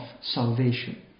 salvation